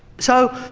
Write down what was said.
so,